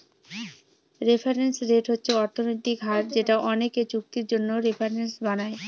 reference rate হচ্ছে অর্থনৈতিক হার যেটা অনেকে চুক্তির জন্য রেফারেন্স বানায়